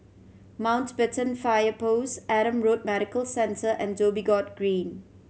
Mountbatten Fire Post Adam Road Medical Centre and Dhoby Ghaut Green